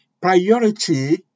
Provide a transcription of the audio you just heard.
priority